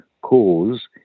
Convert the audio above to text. cause